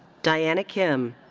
diana kim.